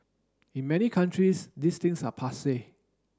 in many countries these things are passe